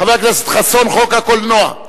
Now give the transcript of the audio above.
חבר הכנסת חסון, חוק הקולנוע.